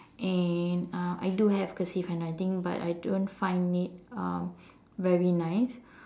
and uh I do have cursive handwriting but I don't find it um very nice